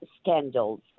scandals